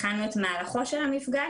הכנו את מהלכו של המפגש,